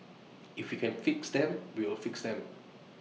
if we can fix them we will fix them